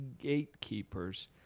gatekeepers